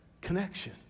connection